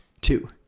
two